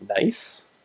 nice